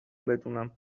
بدونم